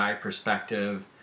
perspective